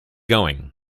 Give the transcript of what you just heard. going